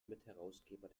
mitherausgeber